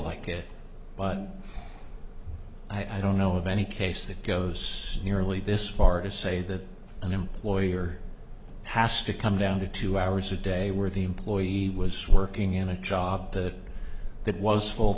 like it but i don't know of any case that goes nearly this far to say that an employer has to come down to two hours a day where the employee was working in a job that that was full